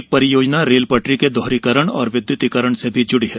एक परियोजना रेल पटरी के दोहरीकरण और विद्युतीकरण से जुड़ी है